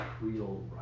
real